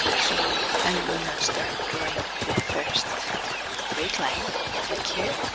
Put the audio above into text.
so, i'm gonna start drawing first break line and click here